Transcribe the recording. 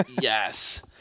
Yes